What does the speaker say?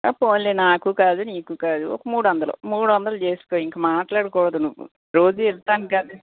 ఆ పోనీలే నాకు కాదు నీకు కాదు ఒక మూడు వందలు మూడు వందలు చేసుకో ఇంక మాట్లాడ కూడదు నువ్వు రోజు ఎక్కుతాను కదా